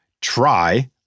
try